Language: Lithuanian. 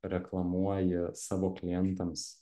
reklamuoji savo klientams